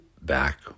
back